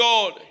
God